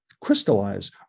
crystallize